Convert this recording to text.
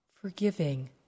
Forgiving